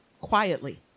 quietly